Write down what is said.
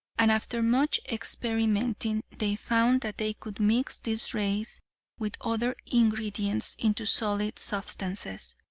and after much experimenting they found that they could mix these rays with other ingredients into solid substances.